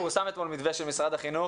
פורסם אתמול מתווה של משרד החינוך,